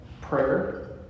prayer